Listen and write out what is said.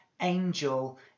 angel